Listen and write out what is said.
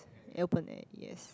open air yes